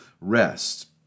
rest